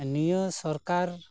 ᱱᱤᱭᱟᱹ ᱥᱚᱨᱠᱟᱨ